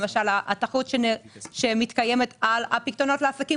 למשל שהתחרות שמתקיימת על הפיקדונות לעסקים